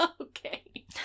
Okay